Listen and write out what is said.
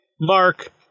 Mark